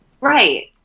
Right